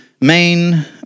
main